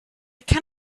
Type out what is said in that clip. can